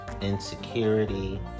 insecurity